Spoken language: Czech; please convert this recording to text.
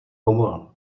pomohl